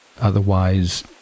otherwise